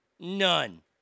None